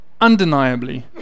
undeniably